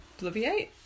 Obliviate